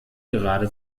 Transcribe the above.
gerade